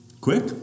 Quick